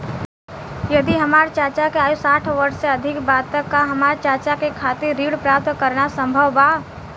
यदि हमार चाचा के आयु साठ वर्ष से अधिक बा त का हमार चाचा के खातिर ऋण प्राप्त करना संभव बा?